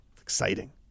Exciting